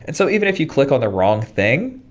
and so even if you click on the wrong thing,